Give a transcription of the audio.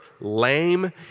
lame